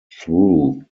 through